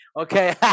Okay